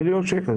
מיליון שקלים.